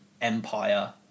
empire